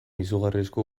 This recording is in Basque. izugarrizko